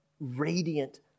radiant